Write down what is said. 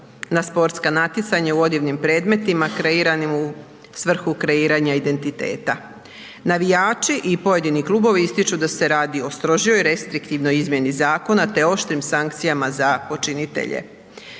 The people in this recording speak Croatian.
na sportska natjecanja u odjevnim predmetima kreiranim u svrhu kreiranja identiteta. Navijači i pojedini klubovi ističu da se radi o strožoj restriktivnoj izmjeni zakona te oštrim sankcijama za počinitelje.